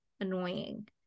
annoying